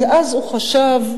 כי אז הוא חשב,